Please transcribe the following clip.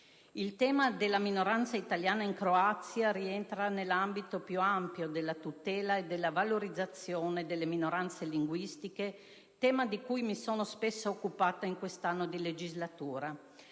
Il tema della minoranza italiana in Croazia rientra nell'ambito più ampio della tutela e della valorizzazione delle minoranze linguistiche, tema di cui mi sono spesso occupata in quest'anno di legislatura.